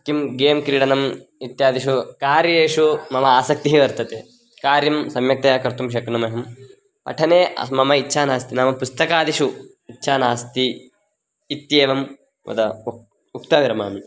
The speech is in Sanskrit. किं गेम् क्रीडनम् इत्यादिषु कार्येषु मम आसक्तिः वर्तते कार्यं सम्यक्तया कर्तुं शक्नोम्यहं पठने मम इच्छा नास्ति नाम पुस्तकादिषु इच्छा नास्ति इत्येवं उदा उक्तम् उक्त्वा विरमामि